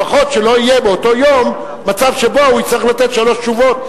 לפחות שלא יהיה באותו יום מצב שבו הוא יצטרך לתת שלוש תשובות.